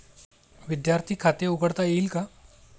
विद्यार्थी खाते उघडता येईल का?